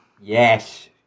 Yes